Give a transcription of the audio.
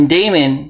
Damon